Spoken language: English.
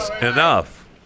Enough